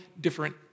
different